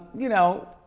you know,